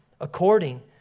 according